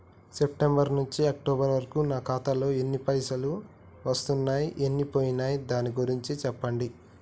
September నుంచి October వరకు నా ఖాతాలో ఎన్ని పైసలు వచ్చినయ్ ఎన్ని పోయినయ్ దాని గురించి చెప్పండి?